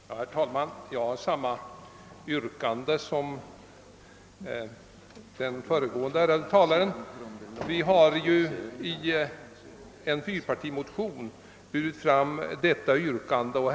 Herr talman! Jag har i denna punkt samma yrkande som den föregående ärade talaren, ett yrkande som vi också tidigare har fört fram i en fyrpartimotion.